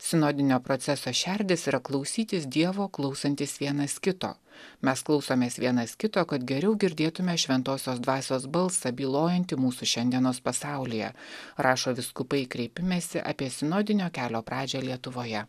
sinodinio proceso šerdis yra klausytis dievo klausantis vienas kito mes klausomės vienas kito kad geriau girdėtume šventosios dvasios balsą bylojantį mūsų šiandienos pasaulyje rašo vyskupai kreipimesi apie sinodinio kelio pradžią lietuvoje